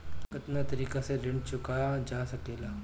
कातना तरीके से ऋण चुका जा सेकला?